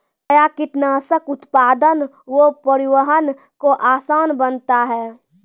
कया कीटनासक उत्पादन व परिवहन को आसान बनता हैं?